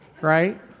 right